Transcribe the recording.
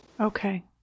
Okay